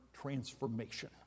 Transformation